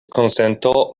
konsento